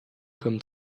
comme